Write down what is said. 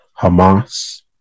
Hamas